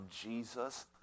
jesus